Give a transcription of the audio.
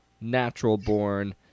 natural-born